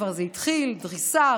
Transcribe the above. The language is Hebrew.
כבר זה התחיל: דריסה,